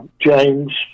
James